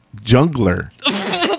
jungler